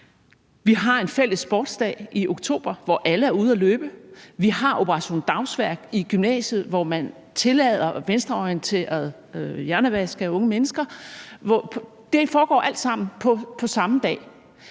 Vi har en fælles sportsdag i oktober, hvor alle er ude at løbe, og vi har Operation Dagsværk i gymnasiet, hvor man tillader venstreorienteret hjernevask af unge mennesker, og det foregår alt sammen på samme dag